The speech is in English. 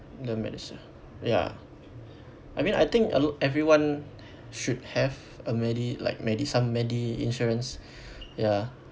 the medisave ya I mean I think al~ everyone should have a medi~ like medi~ some medi~ insurance ya